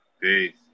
Peace